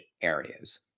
areas